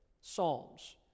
psalms